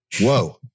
Whoa